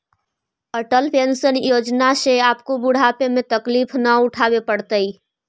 Atal pension योजना से आपको बुढ़ापे में तकलीफ न उठावे पड़तई